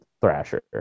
Thrasher